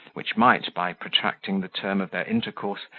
which might, by protracting the term of their intercourse,